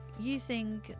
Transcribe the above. using